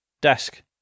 desk